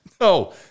No